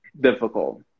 difficult